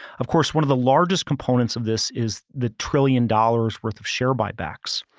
of course, one of the largest components of this is the trillion dollars worth of share buybacks.